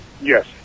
Yes